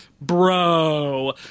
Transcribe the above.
bro